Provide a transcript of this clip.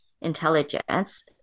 intelligence